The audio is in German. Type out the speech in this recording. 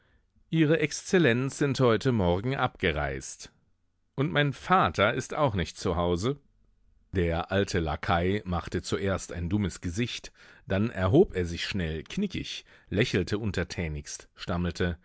ihre exzellenz sind heute morgen abgereist und mein vater ist auch nicht zu hause der alte lakai machte zuerst ein dummes gesicht dann erhob er sich schnell knickig lächelte untertänigst stammelte